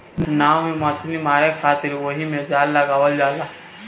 नाव से मछली मारे खातिर ओहिमे जाल लगावल जाला